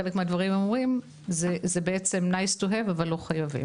חלק מהדברים הם אומרים זה בעצם נחמד שיש אבל לא חייבים.